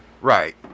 Right